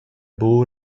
buca